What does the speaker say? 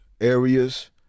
areas